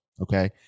Okay